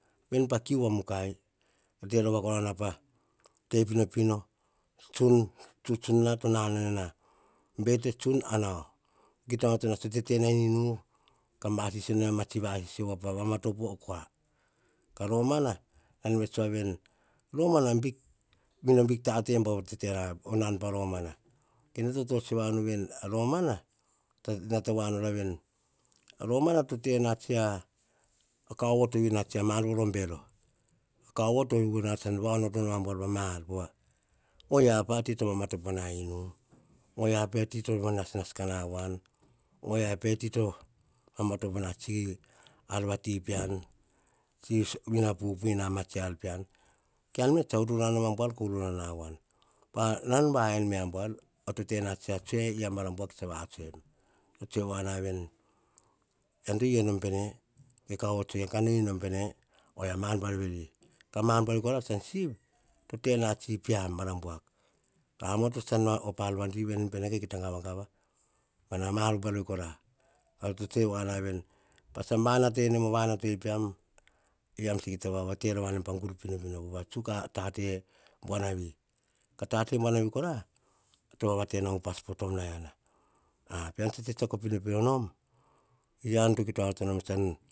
Ven pa kui va mukai, te rova kora na pa te pino, pino tsuntsun na to nanao, bete tsun a nau ki ta onoto na pa tetena en inu ka vasisio a ma tsi vasisio va pa mama topo o kua. Ka romana, tsan vets wa veni, romana bik tate bau totena po nan pa romana, kene to tsotsoe wao nu veni, romana nata wa no ra veni, romana to te na tsia, kauvo to yiu na mar po bero, kauvo to yiu na tsan va onoto a buar pa ma tsian. O yia pa ti to mama topo na inu, o yia ti to va nasnas ka na wan. O yia pe ti to mama topo na ma matsi ar vati pean, pupui na ma tsi ar vati pean, ean me tsa ururuana nom abuar, ko ururuana em awan, pa nan vaen me a buar, to tena a tsoe, ean varam buak tsa vatsoe em. Tsoe voaem veni ean to u nom pene? Oria ma ar buar veri, ka ma ar buar veri tsan siv, to tena tsi pean vara buak. A mamoto tsa op ar vati ven pene ka kita gava gava? Ma ar buar veri kora, ar to te voa nanavi, patsam va nata i enem po vantai pean, eam tsa kita vava te rova pa gur pino pino tsuk a tate buanavi tate bua na vi kora to va vatetena upas po tom naina tsetseako pinopino nom ean to kita onto nom tsan